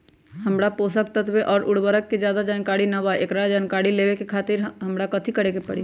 हमरा पोषक तत्व और उर्वरक के ज्यादा जानकारी ना बा एकरा जानकारी लेवे के खातिर हमरा कथी करे के पड़ी?